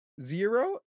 zero